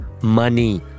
money